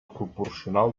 proporcional